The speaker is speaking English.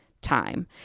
time